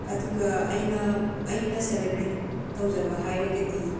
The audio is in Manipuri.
ꯑꯗꯨꯒ ꯑꯩꯅ ꯑꯩꯅ ꯁꯦꯂꯦꯕ꯭ꯔꯦꯠ ꯇꯧꯖꯕ ꯍꯥꯏꯔꯒꯗꯤ